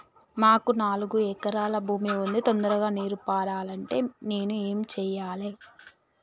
మాకు నాలుగు ఎకరాల భూమి ఉంది, తొందరగా నీరు పారాలంటే నేను ఏం చెయ్యాలే?